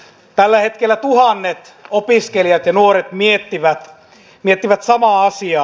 tällä hetkellä tuhannet opiskelijat ja nuoret miettivät samaa asiaa